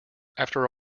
after